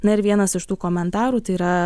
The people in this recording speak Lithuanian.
na ir vienas iš tų komentarų tai yra